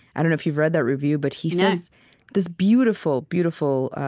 i don't know if you've read that review, but he says this beautiful, beautiful